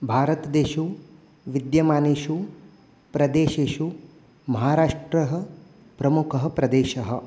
भारतदेशेषु विद्यमानेषु प्रदेशेषु महाराष्ट्रः प्रमुखः प्रदेशः